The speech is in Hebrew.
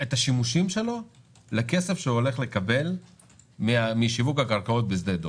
את השימושים שלו לכסף שהוא הולך לקבל משיווק הקרקעות בשדה דב.